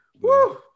Woo